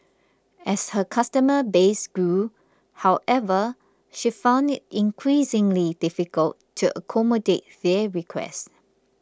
as her customer base grew however she found it increasingly difficult to accommodate their requests